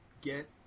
get